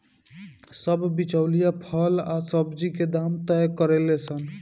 सब बिचौलिया फल आ सब्जी के दाम तय करेले सन